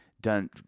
done